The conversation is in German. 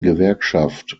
gewerkschaft